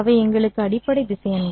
அவை எங்களுக்கு அடிப்படை திசையன்கள்